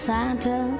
Santa